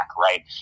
right